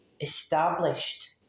established